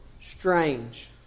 strange